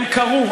הם קרו.